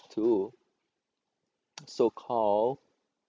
to so call